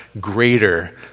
greater